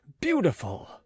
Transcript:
beautiful